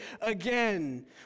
again